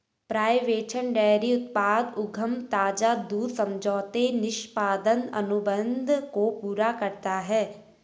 पर्यवेक्षण डेयरी उत्पाद उद्यम ताजा दूध समझौते निष्पादन अनुबंध को पूरा करता है